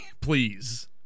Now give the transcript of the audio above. Please